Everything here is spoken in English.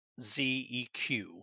ZEQ